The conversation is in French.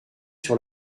sur